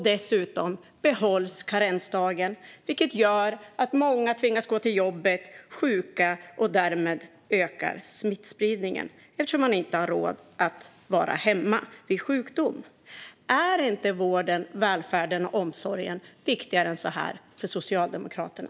Dessutom behålls karensdagen, vilket gör att många tvingas gå till jobbet sjuka. Därmed ökar smittspridningen eftersom människor inte har råd att vara hemma vid sjukdom. Är inte vården, välfärden och omsorgen viktigare än så här för Socialdemokraterna?